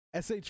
SH